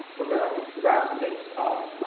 we're going to wrap things up.